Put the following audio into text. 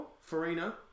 Farina